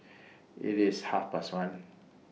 IT IS Half Past one